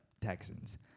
Texans